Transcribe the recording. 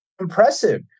impressive